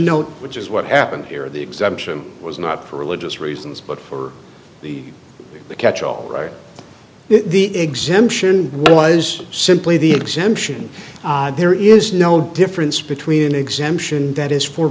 note which is what happened here the exemption was not for religious reasons but for the catch all for the exemption was simply the exemption there is no difference between an exemption that is for